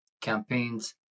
campaigns